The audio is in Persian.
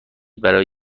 برای